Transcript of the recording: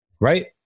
Right